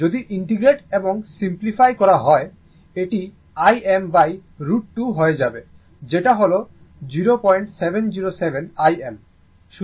যদি ইন্টিগ্রেট এবং সিমপ্লিফাই করা হয় এটি Im√2 হয়ে যাবে যেটা হল 0707 Im